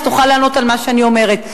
אז תוכל לענות על מה שאני אומרת.